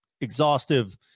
exhaustive